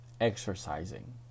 exercising